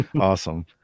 awesome